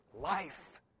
life